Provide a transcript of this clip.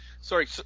sorry